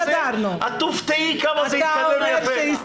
את תופתעי עד כמה זה התקדם יפה.